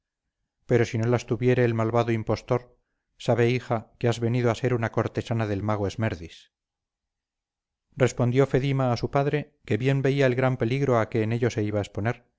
pero si no las tuviere el malvado impostor sabe hija que has venido a ser una cortesana del mago esmerdis respondió fedima a su padre que bien veía el gran peligro a que en ello se iba a exponer